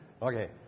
Okay